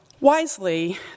Wisely